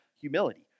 humility